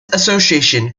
association